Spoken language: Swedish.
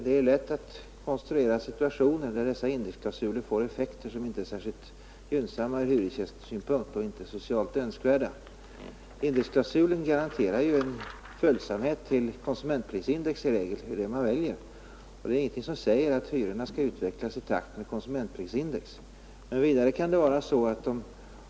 Det är lätt att konstruera situationer där dessa indexklausuler får effekter som inte är särskilt gynnsamma ur hyresgästsynpunkt och inte socialt önskvärda. Indexklausulen garanterar i regel följsamhet till konsumentprisindex, men det finns ingenting som säger att hyrorna skall utvecklas i takt med konsumentprisindex.